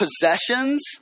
possessions